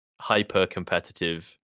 hyper-competitive